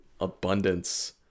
abundance